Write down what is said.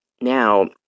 Now